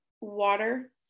water